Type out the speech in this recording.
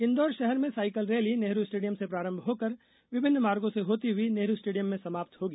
इंदौर शहर में cycle rally Nehru stadium से प्रारंभ होकर विभिन्न मार्गों से होती हुई नेहरू स्टेडियम में समाप्त होगी